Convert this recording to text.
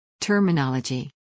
Terminology